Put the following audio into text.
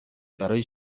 برای